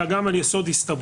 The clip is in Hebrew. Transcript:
אלא גם על יסוד הסתברותי.